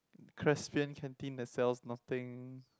Crescent canteen that sells nothing